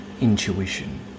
intuition